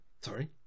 Sorry